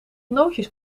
nootjes